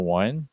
one